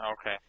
Okay